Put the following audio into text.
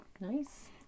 Nice